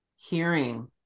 hearing